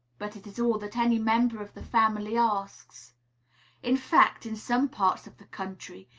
but it is all that any member of the family asks in fact, in some parts of the country,